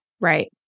Right